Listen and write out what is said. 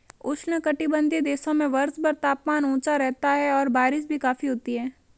उष्णकटिबंधीय देशों में वर्षभर तापमान ऊंचा रहता है और बारिश भी काफी होती है